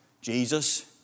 Jesus